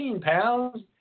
pounds